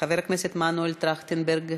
חבר הכנסת מנואל טרכטנברג,